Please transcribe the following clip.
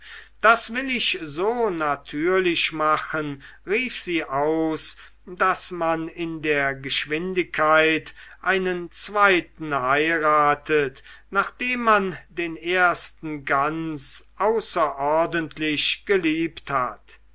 das will ich so natürlich machen rief sie aus wie man in der geschwindigkeit einen zweiten heiratet nachdem man den ersten ganz außerordentlich geliebt hat